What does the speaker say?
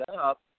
up